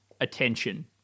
attention